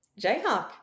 Jayhawk